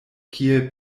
kiel